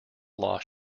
lost